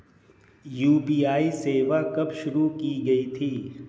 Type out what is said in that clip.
UPI सेवा कब शुरू की गई थी?